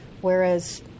whereas